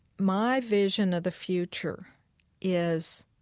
my vision of the future is